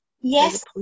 yes